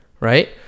right